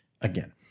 again